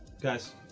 Guys